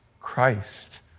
Christ